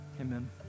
Amen